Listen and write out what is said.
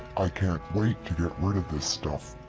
i can't wait to get rid of this stuff.